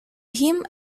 him